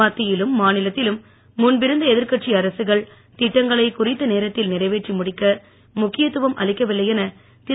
மத்தியிலும் மாநிலத்திலும் முன்பிருந்த எதிர்க்கட்சி அரசுகள் திட்டங்களை குறித்த நேரத்தில் நிறைவேற்றி முடிக்க முக்கியத்துவம் அளிக்கவில்லை என திரு